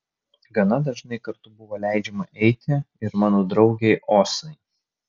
gana dažnai kartu buvo leidžiama eiti ir mano draugei osai